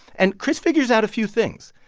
and chris figures out a few things.